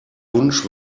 wunsch